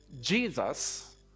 Jesus